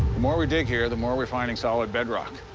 more we dig here, the more we're finding solid bedrock.